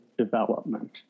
development